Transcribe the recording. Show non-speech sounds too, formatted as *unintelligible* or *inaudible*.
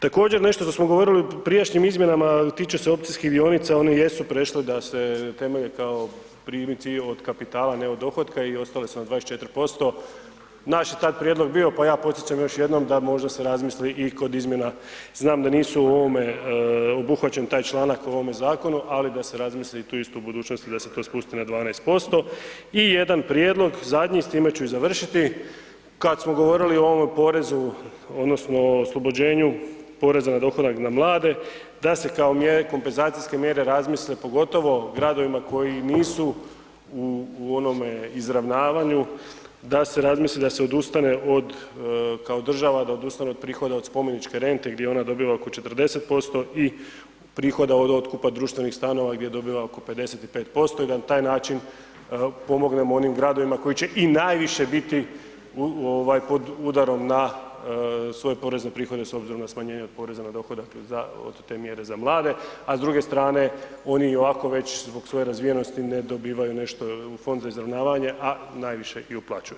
Također nešto što smo govorili o prijašnjim izmjenama, tiče se ... *unintelligible* dionica, one jesu prešle da se temelje kao primici od kapitala ne od dohotka i ostale su na 24%, naš je tad prijedlog bio pa ja podsjećam još jednom da možda se razmisli i kod izmjena, znam da nisu u ovome obuhvaćen tak članak u ovome zakonu ali da se razmili tu isto o budućnosti da se to spusti na 12% i jedan prijedlog, zadnji, s time ću i završiti, kad smo govorili o ovome porezu odnosno oslobođenju poreza na dohodak za mlade, da se kao mjere, kompenzacijske mjere razmisle pogotovo gradovima koji nisu u onome izravnavanju, da se razmisli da se odustane od kao država, da odustane od prihoda od spomeničke rente gdje ona dobiva oko 40% i prihoda od otkupa društvenih stanova gdje dobiva oko 55% i da na taj način pomognemo onim gradovima koji će i najviše biti pod udarom na svoje porezne prihode s obzirom na smanjenje poreza na dohodak od te mjere za mlade a s druge strane, oni i ovako već zbog svoje razvijenosti ne dobivaju nešto u Fondu za izravnavanje a najviše i uplaćuju.